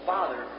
Father